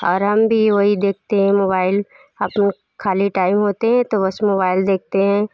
और हम भी वही देखते हें मोबैल अपना ख़ाली टाइम होते हैं तो बस मोबैल देखते हैं